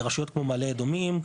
רשויות כמו מעלה אדומים,